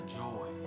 joy